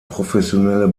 professionelle